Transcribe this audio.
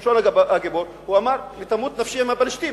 הוא אמר "תמות נפשי עם פלשתים",